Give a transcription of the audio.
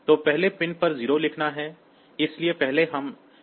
तो पहले पिन पर 0 लिखना है इसलिए पहले हम ऐसा करते हैं